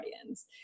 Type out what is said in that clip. audience